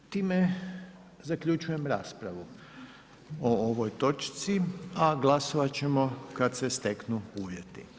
Time zaključujem raspravu o ovoj točci, a glasovat ćemo kad se steknu uvjeti.